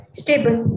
stable